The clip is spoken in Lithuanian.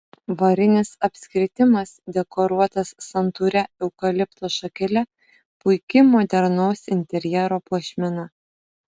varinis apskritimas dekoruotas santūria eukalipto šakele puiki modernaus interjero puošmena